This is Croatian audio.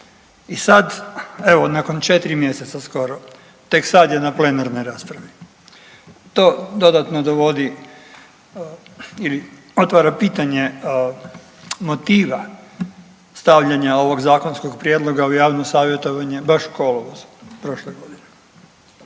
i sad evo nakon 4 mjeseca skoro tek sad je na plenarnoj raspravi. To dodatno dovodi ili otvara pitanje motiva stavljanja ovog zakonskog prijedloga u javno savjetovanje baš u kolovozu prošle godine.